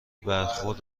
برخورد